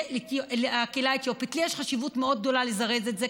בשבילי יש חשיבות מאוד גדולה לזרז את זה.